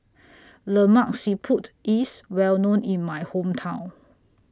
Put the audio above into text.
Lemak Siput IS Well known in My Hometown